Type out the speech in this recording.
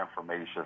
information